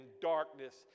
darkness